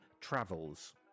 travels